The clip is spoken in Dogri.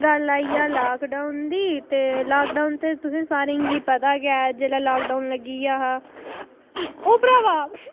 गल्ल आई जा लाकडाऊन दी ते लाकडाउन ते तुसी सारे गी पता गै ऐ जेल्लै लाकडाउन लगी जा हा ओह् भ्रावा